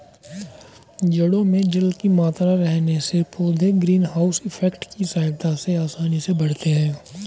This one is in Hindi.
जड़ों में जल की मात्रा रहने से पौधे ग्रीन हाउस इफेक्ट की सहायता से आसानी से बढ़ते हैं